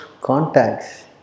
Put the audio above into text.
contacts